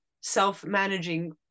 self-managing